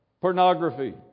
pornography